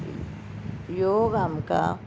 योग आमकां